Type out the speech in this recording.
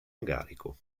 ungarico